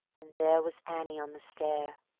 and there was annie on the stair